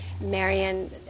Marion